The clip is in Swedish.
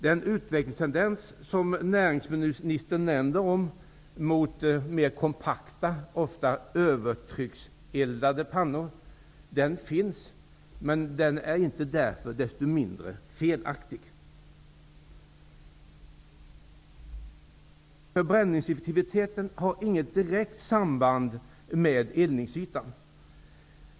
Den utvecklingstendens mot mer kompakta, ofta övertryckseldade pannor, som näringsministern omnämnde, finns, men den är inte därför desto mindre felaktig. Förbränningseffektiviteten har inget direkt samband med eldningsytan.